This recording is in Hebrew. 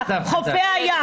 חופי הים